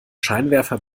scheinwerfer